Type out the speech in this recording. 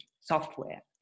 software